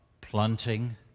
planting